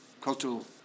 cultural